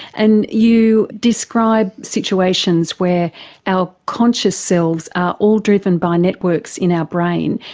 and you describe situations where our conscious selves are all driven by networks in our brain,